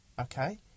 Okay